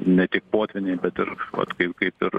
ne tik potvyniai bet ir vat kai kaip ir